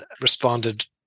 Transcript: responded